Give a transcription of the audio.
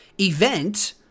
event